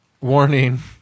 warning